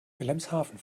wilhelmshaven